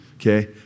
Okay